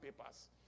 papers